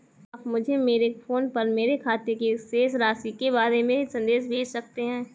क्या आप मुझे मेरे फ़ोन पर मेरे खाते की शेष राशि के बारे में संदेश भेज सकते हैं?